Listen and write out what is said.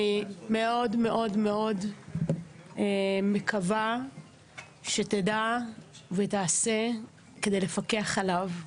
אני מאוד מאוד מקווה שתדע ותעשה כדי לפקח עליו.